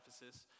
Ephesus